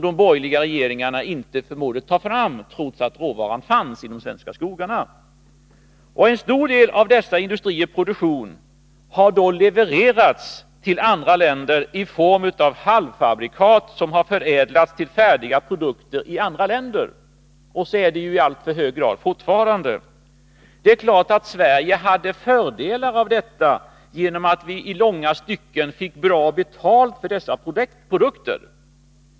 De borgerliga regeringarna förmådde inte ta fram råvaran, trots att den fanns i de svenska skogarna. En stor del av dessa industriers produktion har levererats till andra länder, i form av halvfabrikat, som där har förädlats till färdiga produkter. Så är det i allt för hög grad fortfarande. Självfallet hade Sverige fördelar av detta genom att vi i långa stycken fick bra betalt för produkterna.